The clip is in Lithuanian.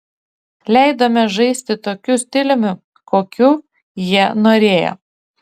leidome žaisti tokiu stiliumi kokiu jie norėjo